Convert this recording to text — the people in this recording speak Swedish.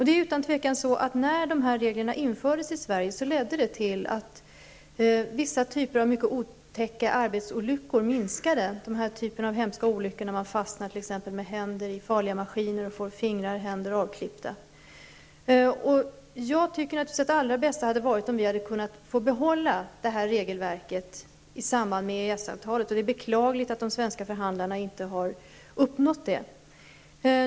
Det är utan tvivel så, att när de här reglerna infördes i Sverige ledde det till att vissa typer av mycket otäcka arbetsolyckor minskade i antal, t.ex. detta att fastna med händer i farliga maskiner och få fingrar och händer avklippta. Jag tycker att det allra bästa hade varit om vi hade kunnat få behålla detta regelverk i samband med EES-avtalet. Det är beklagligt att de svenska förhandlarna inte har lyckats med detta.